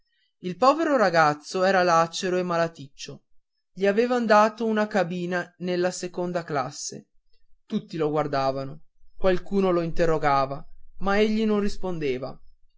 il povero ragazzo era lacero e malaticcio gli avevan dato una cabina nella seconda classe tutti lo guardavano qualcuno lo interrogava ma egli non rispondeva